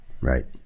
Right